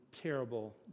terrible